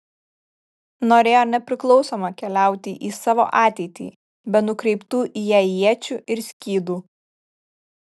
norėjo nepriklausoma keliauti į savo ateitį be nukreiptų į ją iečių ir skydų